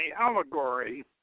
allegory